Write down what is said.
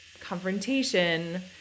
confrontation